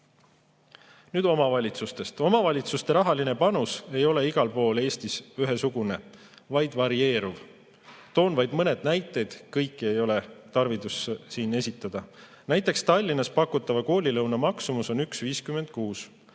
Nüüd omavalitsustest. Omavalitsuste rahaline panus ei ole igal pool Eestis ühesugune, vaid varieerub. Toon vaid mõned näited, kuna kõiki ei ole tarvidust siin esitada. Näiteks Tallinnas pakutava koolilõuna maksumus on 1,56,